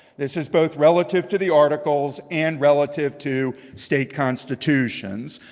this is both relative to the articles and relative to state constitutions.